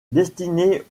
destinés